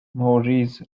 maurice